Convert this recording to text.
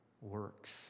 works